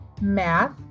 Math